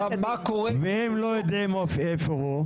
ואם לא יודעים היכן הוא?